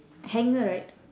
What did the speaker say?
hanger right